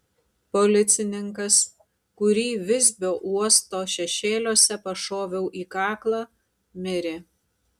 policininkas kurį visbio uosto šešėliuose pašoviau į kaklą mirė